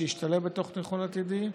שישתלב בתוך תכנון עתידי.